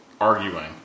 arguing